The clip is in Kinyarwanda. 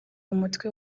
umutwe